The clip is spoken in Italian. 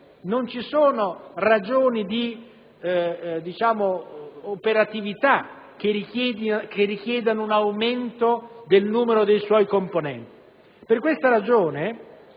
Non ci sono ragioni di operatività che richiedano un aumento del numero dei suoi componenti.